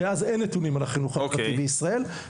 מאז אין נתונים על החינוך הפרטי בישראל.